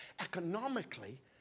economically